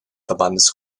verbandes